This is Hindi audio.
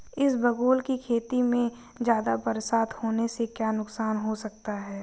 इसबगोल की खेती में ज़्यादा बरसात होने से क्या नुकसान हो सकता है?